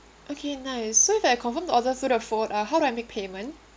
okay nice so that I confirmed the order through the phone uh how do I make payment